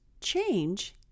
change